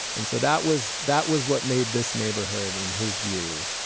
and so that was that was what made this neighborhood, in his view,